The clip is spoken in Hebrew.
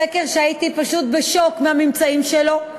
סקר שהייתי פשוט בשוק מהממצאים שלו,